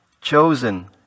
chosen